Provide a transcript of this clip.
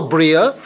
Bria